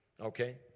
Okay